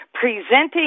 presenting